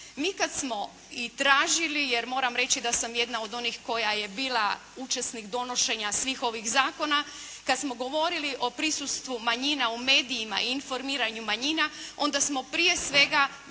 Mi kada smo i tražili, jer moram reći da sam jedna od onih koja je bila učesnik donošenja svih ovih zakona, kad smo govorili o prisustvu manjina u medijima i informiranju manjina, onda smo prije svega